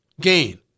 gain